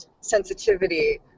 sensitivity